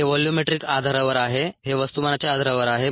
हे व्हॉल्यूमेट्रिक आधारावर आहे हे वस्तुमानाच्या आधारावर आहे